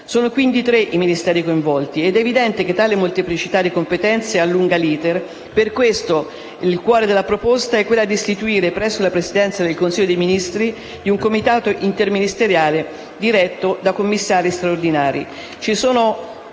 Sono quindi tre i Ministeri coinvolti ed è evidente che tale molteplicità di competenze allunga l'*iter*. Per questo il cuore della proposta è istituire presso la Presidenza del Consiglio dei ministri un comitato interministeriale diretto da commissari straordinari.